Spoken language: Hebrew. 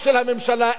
של הממשלה,